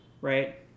Right